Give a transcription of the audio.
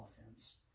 offense